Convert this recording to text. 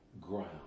ground